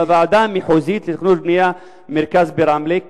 בוועדה המחוזית לתכנון ובנייה, המרכז ברמלה.